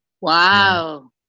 Wow